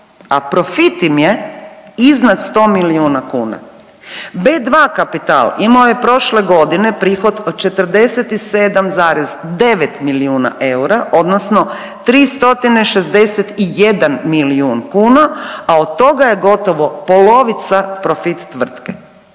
a profit im je iznad 100 milijuna kuna. B2 Kapital imao je prošle godine prihod od 47,9 milijuna eura odnosno 361 milijun kuna, a od toga je gotovo polovica profit tvrtke.